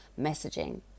messaging